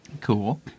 Cool